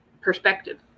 perspective